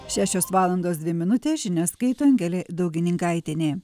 šešios valandos dvi minutės žinias skaito angelė daugininkaitienė